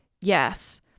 Yes